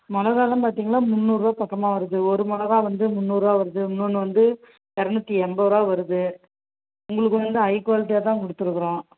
மிளகாலாம் பார்த்திங்கனா முந்நூறுரூவா பக்கமாக வருது ஒரு மிளகா வந்து முந்நூறுரூவா வருது இன்னொன்று வந்து இரநூத்தி எண்பது ரூவா வருது உங்களுக்கு வந்து ஹை குவாலிட்டியாக தான் கொடுத்துருக்குறோம்